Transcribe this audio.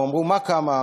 אמרו: מה כמה?